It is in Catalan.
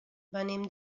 venim